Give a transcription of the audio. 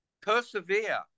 Persevere